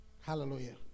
Hallelujah